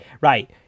Right